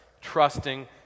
trusting